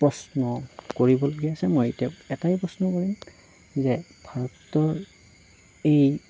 প্ৰশ্ন কৰিবলগীয়া আছে মই তেওঁক এটাই প্ৰশ্ন কৰিম যে ভাৰতৰ এই